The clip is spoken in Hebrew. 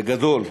בגדול,